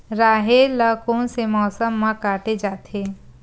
राहेर ल कोन से मौसम म काटे जाथे?